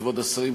כבוד השרים,